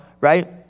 right